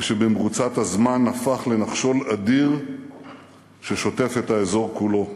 ושבמרוצת הזמן הפך לנחשול אדיר ששוטף את האזור כולו.